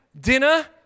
dinner